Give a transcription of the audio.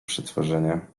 przetworzenia